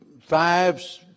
five